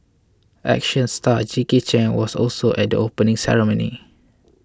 action star Jackie Chan was also at the opening ceremony